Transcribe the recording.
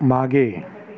मागे